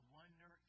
wonder